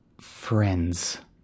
friends